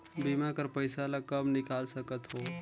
बीमा कर पइसा ला कब निकाल सकत हो?